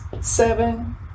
seven